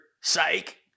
psych